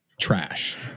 trash